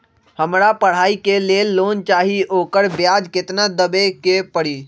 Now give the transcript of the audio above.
हमरा पढ़ाई के लेल लोन चाहि, ओकर ब्याज केतना दबे के परी?